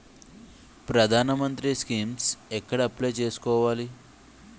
ప్రధాన మంత్రి స్కీమ్స్ ఎక్కడ అప్లయ్ చేసుకోవాలి?